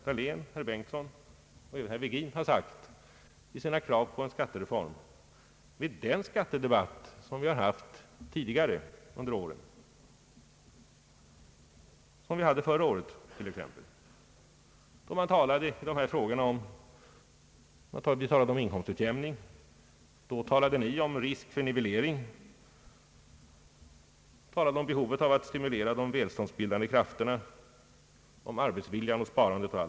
den ekonomiska politiken, m.m. Virgin nu sagt i sina krav på en skattereform med den skattedebatt som vi haft tidigare, t.ex. förra året, då vi talade om inkomstutjämning! Då talade ni om risk för nivellering, om behovet att stimulera de välståndsbildande krafterna, om arbetsvilja och sparande.